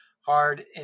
hard